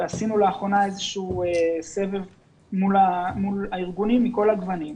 ועשינו לאחרונה איזשהו סבב מול הארגונים מכל הגוונים,